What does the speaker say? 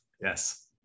Yes